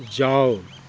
जाउ